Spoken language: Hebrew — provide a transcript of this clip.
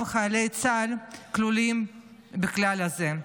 גם חיילי צה"ל כלולים בכלל זה.